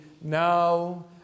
now